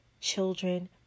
children